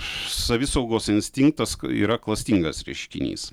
savisaugos instinktas yra klastingas reiškinys